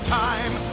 time